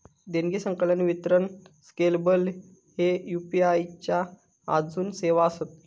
देणगी, संकलन, वितरण स्केलेबल ह्ये यू.पी.आई च्या आजून सेवा आसत